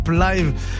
live